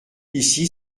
ici